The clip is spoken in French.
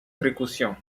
précaution